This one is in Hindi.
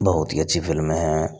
बहुत हीं अच्छी फिल्में हैं